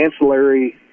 ancillary